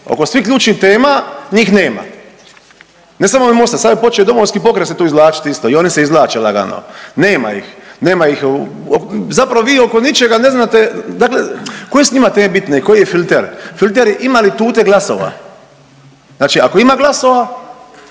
Oko svih ključnih tema njih nema. Ne samo Mosta, sad je počeo i Domovinski pokret se tu izvlačiti isto, i oni se izvlače lagano. Nema ih, nema ih, zapravo vi oko ničega ne znate, dakle koje su njima teme bitne, koji je filter. Filter je ima li tute glasova. Znači ako ima glasova,